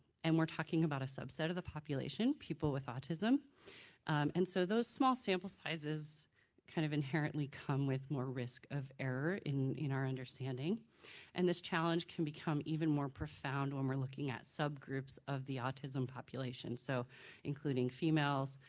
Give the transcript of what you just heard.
and we're talking about a subset of the population, people with autism and so those small sample sizes kind of inherently come with more rick of error in in our understanding and this challenge can become even more profound when we're looking at subgroups of the population, so including females,